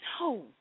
No